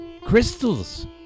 Crystals